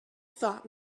thought